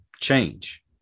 change